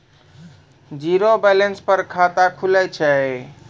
Zero balance पर खाता खुले छै?